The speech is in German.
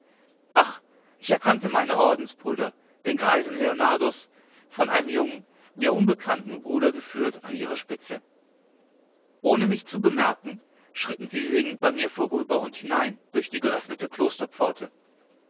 ach ich erkannte meine ordensbrüder den greisen leonardus von einem jungen mir unbekannten bruder geführt an ihrer spitze ohne mich zu bemerken schritten sie singend bei mir vorüber und hinein durch die geöffnete